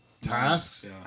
tasks